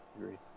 Agreed